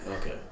Okay